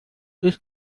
ist